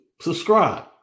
subscribe